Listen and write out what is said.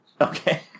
Okay